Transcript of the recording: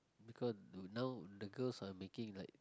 because now the girls are making like